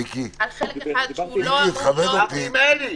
מיקי, תכבד אותי.